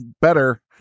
better